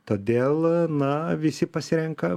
todėl na visi pasirenka